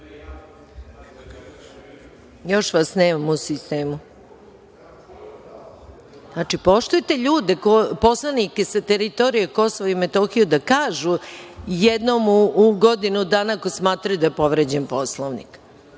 vas nemam u sistemu. Poštujte ljude, poslanike sa teritorije Kosova i Metohije, da kažu jednom u godinu dana, ako smatraju da je povređen Poslovnik.